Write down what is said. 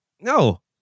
no